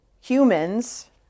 humans